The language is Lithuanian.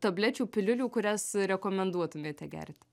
tablečių piliulių kurias rekomenduotumėte gerti